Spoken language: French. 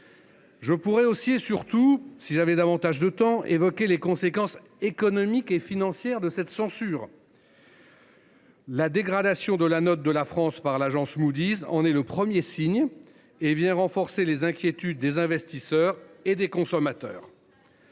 Je pourrais aussi, et surtout, évoquer les conséquences économiques et financières de cette censure. La dégradation de la note de la France par l’agence Moody’s en est le premier signe et vient renforcer les inquiétudes des investisseurs et des consommateurs.